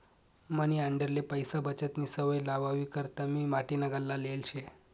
मनी आंडेरले पैसा बचतनी सवय लावावी करता मी माटीना गल्ला लेयेल शे